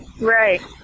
Right